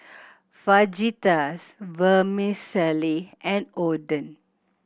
Fajitas Vermicelli and Oden